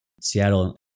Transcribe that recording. Seattle